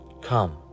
Come